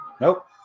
Nope